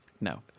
No